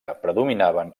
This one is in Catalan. predominaven